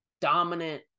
dominant